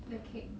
the cake